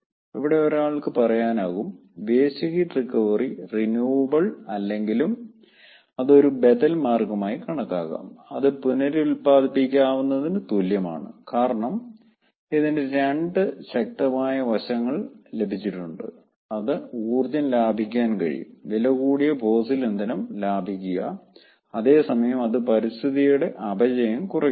ഇവിടെ ഒരാൾക്ക് പറയാനാകും വേസ്റ്റ് ഹീറ്റ് റിക്കവറി റിന്യുവബിൾ അല്ലെങ്കിലും അത് ഒരു ബദൽ മാർഗ്ഗമായി കണക്കാക്കാം അത് പുനരുൽപ്പാദിപ്പിക്കാവുന്നതിന് തുല്യമാണ് കാരണം ഇതിന് 2 ശക്തമായ വശങ്ങൾ ലഭിച്ചിട്ടുണ്ട് അത് ഊർജ്ജം ലാഭിക്കാൻ കഴിയും വിലകൂടിയ ഫോസിൽ ഇന്ധനം ലാഭിക്കുക അതേ സമയം അത് പരിസ്ഥിതിയുടെ അപചയം കുറയ്ക്കുകയാണ്